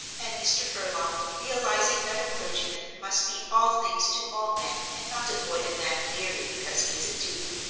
and mr. furlong, realizing that a clergyman must be all things to all men and not avoid a man merely because he is a duke,